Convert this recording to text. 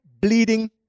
bleeding